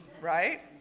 right